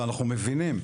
ואנחנו מבינים,